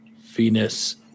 venus